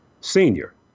senior